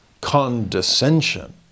condescension